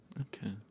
Okay